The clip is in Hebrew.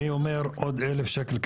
אני אומר עוד 1,000 שקל.